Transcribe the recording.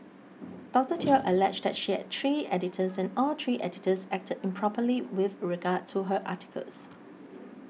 Doctor Teo alleged that she had three editors and all three editors acted improperly with regard to her articles